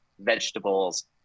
vegetables